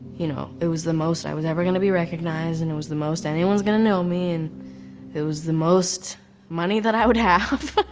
you know, it was the most i was ever gonna be recognized and it was the most anyone's gonna know me and it was the most money that i would have,